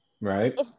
Right